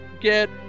get